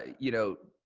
you know,